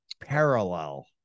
Parallel